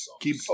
Keep